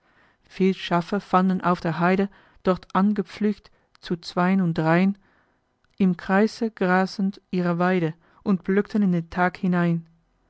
viel schafe fanden auf der heide dort angepflöckt zu zwei'n und drei'n im kreise grasend ihre weide und blökten in den tag hinein